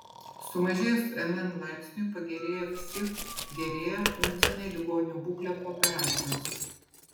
sumažėjus mn laipsniui pagerėja ksif gerėja funkcinė ligonių būklė po operacijos